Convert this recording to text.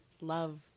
love –